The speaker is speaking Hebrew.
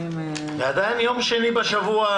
יום שני בשבוע,